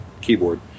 keyboard